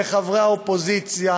וחברי האופוזיציה,